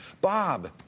Bob